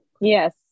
yes